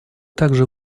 также